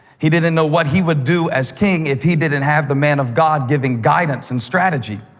he didn't know what he would do as king if he didn't have the man of god giving guidance and strategy.